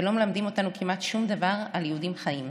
ולא מלמדים אותנו כמעט שום דבר על יהודים חיים.